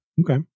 Okay